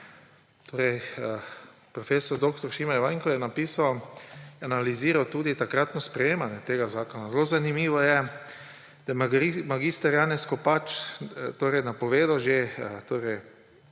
Prof. dr. Šime Ivanjko jo je napisal, analiziral je tudi takratno sprejemanje tega zakona. Zelo zanimivo je, da je mag. Janez Kopač povedal že